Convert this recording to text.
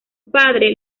padre